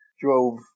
drove